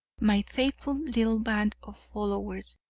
my faithful little band of followers,